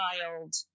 child